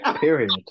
Period